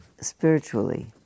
spiritually